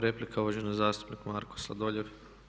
Replika uvaženi zastupnik Marko Sladoljev.